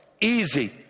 Easy